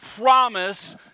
promise